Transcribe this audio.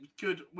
Good